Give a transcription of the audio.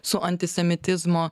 su antisemitizmo